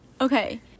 Okay